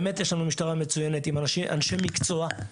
עם אנשי מקצוע,